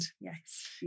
Yes